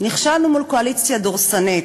נכשלנו מול קואליציה דורסנית.